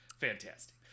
Fantastic